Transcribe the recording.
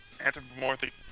Anthropomorphic